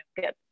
get